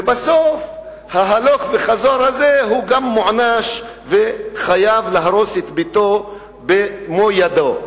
ובסוף ההלוך-וחזור הזה הוא גם מוענש וחייב להרוס את ביתו במו ידיו,